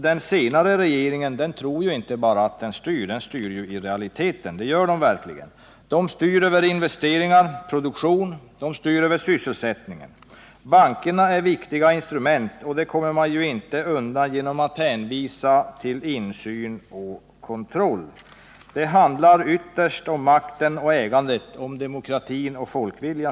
Den senare regeringen inte bara tror att den styr, den gör det i realiteten. Den styr över investeringar, produktion och sysselsättning. Bankerna är viktiga instrument, det kommer man inte undan genom att hänvisa till insyn och kontroll. Det handlar, Olle Wästberg, ytterst om makten och ägandet, om demokratin och folkviljan.